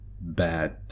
bad